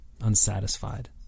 unsatisfied